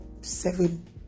seven